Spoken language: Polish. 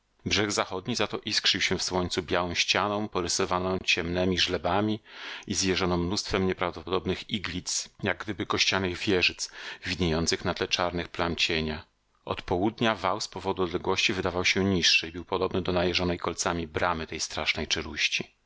brzeg zachodni za to iskrzył się w słońcu białą ścianą porysowaną ciemnemi żlebami i zjeżoną mnóstwem nieprawdopodobnych iglic jak gdyby kościanych wieżyc widniejących na tle czarnych plam cienia od południa wał z powodu odległości wydawał się niższy i był podobny do najeżonej kolcami bramy tej strasznej czeluści